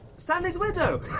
stanley's widow?